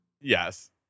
Yes